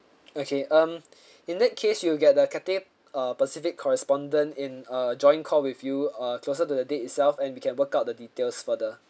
okay um in that case you'll get the Cathay uh Pacific correspondent in uh joint call with you uh closer to the date itself and we can work out the details for the